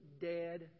dead